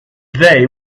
they